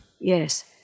Yes